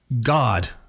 God